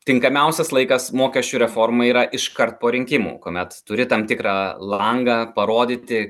tinkamiausias laikas mokesčių reformai yra iškart po rinkimų kuomet turi tam tikrą langą parodyti